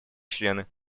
члены